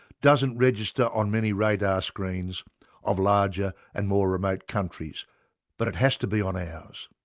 doesn't register on many radar screens of larger and more remote countries but it has to be on ours.